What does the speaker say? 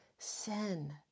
Sin